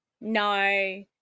no